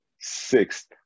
sixth